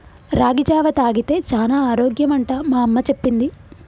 రాగి జావా తాగితే చానా ఆరోగ్యం అంట మా అమ్మ చెప్పింది